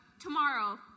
tomorrow